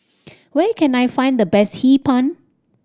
where can I find the best Hee Pan